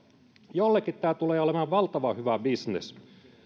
jollekin tämä tulee olemaan valtavan hyvä bisnes